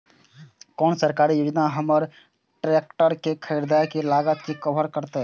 कोन सरकारी योजना हमर ट्रेकटर के खरीदय के लागत के कवर करतय?